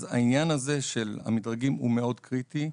אז העניין הזה של המדרגים הוא מאוד קריטי.